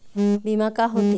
बीमा का होते?